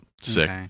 sick